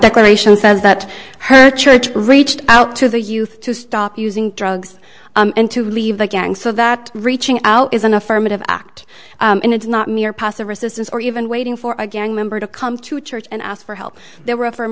gration says that her church reached out to the youth to stop using drugs and to leave the gang so that reaching out is an affirmative act and it's not mere passive resistance or even waiting for a gang member to come to church and ask for help there were from